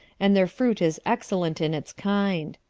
and their fruit is excellent in its kind.